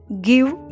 give